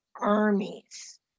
armies